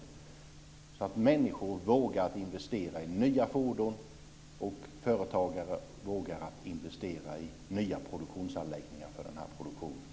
Då skulle människor våga investera i nya fordon och företagare skulle våga investera i nya anläggningar för den här produktionen.